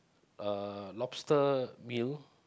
uh lobster meal